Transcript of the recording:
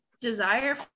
desire